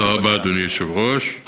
תודה רבה, אדוני היושב-ראש,